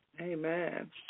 Amen